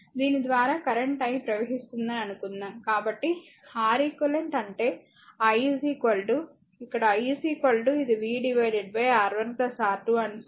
దీని ద్వారా current i ప్రవహిస్తుందని అనుకుందాం కాబట్టి R eq అంటే i ఇక్కడ i ఇది v R1 R2